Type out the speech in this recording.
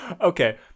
okay